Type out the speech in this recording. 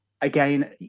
again